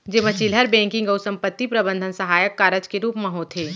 जेमा चिल्लहर बेंकिंग अउ संपत्ति प्रबंधन सहायक कारज के रूप म होथे